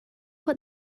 what